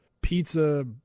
pizza